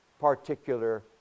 particular